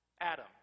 Adam